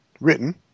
written